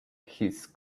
his